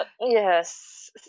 Yes